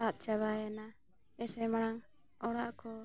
ᱟᱫ ᱪᱟᱵᱟᱭᱮᱱᱟ ᱮᱥᱮ ᱢᱟᱲᱟᱝ ᱚᱲᱟᱜ ᱠᱚ